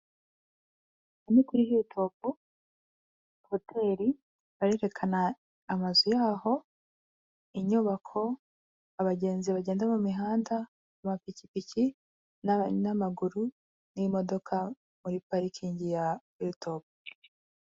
Aha ni kuri hiritopu hoteri, barerekana amazu yaho inyubako, abagenzi bagenda mu mihanda, amapikipiki n'abanamaguru, n'imodoka muri parikingi ya hiritopu.